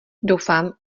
doufám